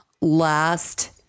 last